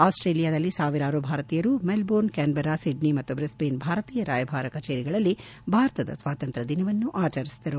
ಆಸ್ವೇಲಿಯಾದಲ್ಲಿ ಸಾವಿರಾರು ಭಾರತೀಯರು Melbourne Canberra Sydney ಮತ್ತು ಬ್ರಿಸ್ಟೇನ್ ಭಾರತೀಯ ರಾಯಭಾರಿ ಕಚೇರಿಗಳಲ್ಲಿ ಭಾರತದ ಸ್ವಾತಂತ್ರ್ಯ ದಿನವನ್ನು ಆಚರಿಸಿದರು